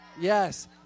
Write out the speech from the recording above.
Yes